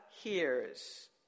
hears